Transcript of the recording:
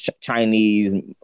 Chinese